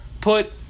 put